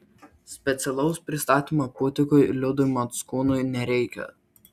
specialaus pristatymo pūtikui liudui mockūnui nereikia